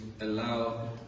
allow